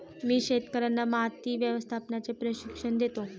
मी शेतकर्यांना माती व्यवस्थापनाचे प्रशिक्षण देतो